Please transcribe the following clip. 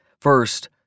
first